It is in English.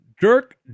Dirk